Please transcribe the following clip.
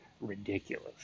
ridiculous